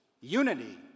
unity